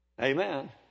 Amen